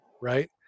right